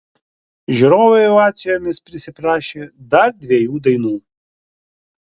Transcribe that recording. žiūrovai ovacijomis prisiprašė dar dviejų dainų